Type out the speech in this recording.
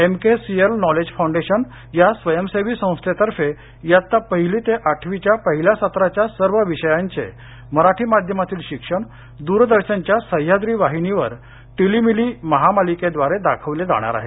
MKCL knowledge foundation या स्वयंसेवी संस्थेतर्फे इयत्ता पहिली ते आठवीच्या पहिल्या सत्राच्या सर्व विषयांचे मराठी माध्यमातील शिक्षण द्रदर्शनच्या सह्याद्री वाहिनीवर टिलीमिली महामालिकेद्वारे दाखवले जाणार आहे